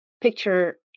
picture